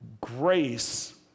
grace